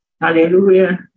Hallelujah